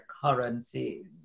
currency